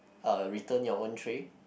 uh return your own tray